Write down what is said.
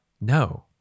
No